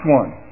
one